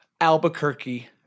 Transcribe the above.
Albuquerque